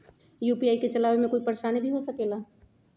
UPI के चलावे मे कोई परेशानी भी हो सकेला?